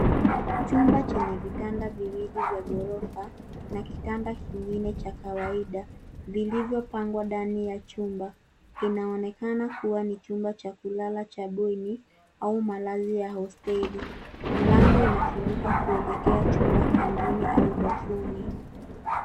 Chumba chenye vitanda viwili vya ghorofa ,na kitanda kingine cha kawaida vilivyopangwa ndani ya chumba. Inaonekana kuwa ni chumba cha kulala cha bweni au malazi ya hosteli. Mlango unafunguka kuelekea chumba kingine au bafuni.